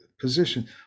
position